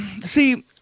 see